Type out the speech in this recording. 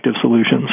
solutions